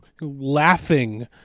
laughing